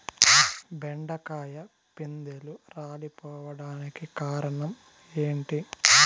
బెండకాయ పిందెలు రాలిపోవడానికి కారణం ఏంటి?